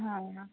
हां हां